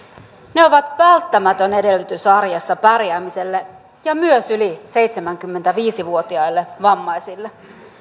ne ovat välttämätön edellytys arjessa pärjäämiselle ja myös yli seitsemänkymmentäviisi vuotiaille vammaisille